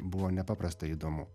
buvo nepaprastai įdomu